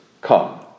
come